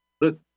Look